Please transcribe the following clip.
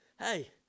Hey